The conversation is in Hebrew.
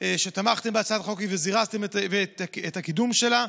תמכתם בהצעת החוק וזירזתם את הקידום שלה,